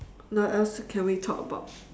now what else can we talk about